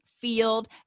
field